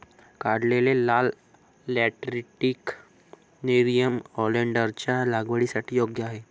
काढलेले लाल lateritic nerium ओलेन्डरच्या लागवडीसाठी योग्य आहे